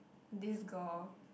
this girl